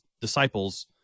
disciples